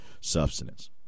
substance